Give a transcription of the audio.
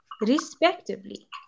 respectively